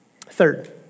Third